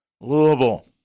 Louisville